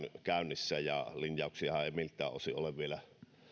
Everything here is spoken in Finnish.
käynnissä ja linjauksiahan ei miltään osin ole vielä